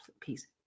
piece